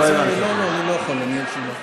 אין רוב.